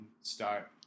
start